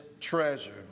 treasure